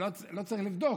לא צריך לבדוק,